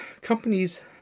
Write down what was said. companies